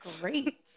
Great